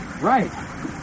right